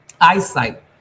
eyesight